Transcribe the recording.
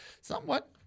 Somewhat